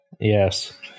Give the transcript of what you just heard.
Yes